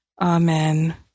Amen